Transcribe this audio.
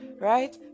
right